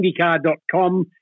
IndyCar.com